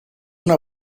una